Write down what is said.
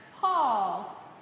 Paul